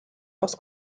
aus